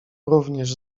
również